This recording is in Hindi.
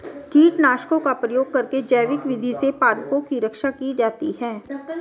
कीटनाशकों का प्रयोग करके जैविक विधि से पादपों की रक्षा की जाती है